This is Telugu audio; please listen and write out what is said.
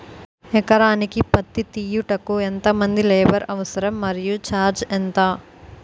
ఎకరానికి పత్తి తీయుటకు ఎంత మంది లేబర్ అవసరం? మరియు ఛార్జ్ ఎంత?